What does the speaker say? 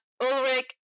Ulrich